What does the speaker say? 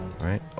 Right